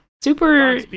Super